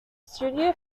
studio